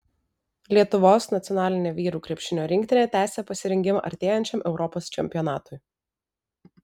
lietuvos nacionalinė vyrų krepšinio rinktinė tęsią pasirengimą artėjančiam europos čempionatui